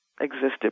existed